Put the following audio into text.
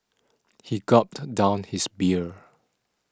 he gulped down his beer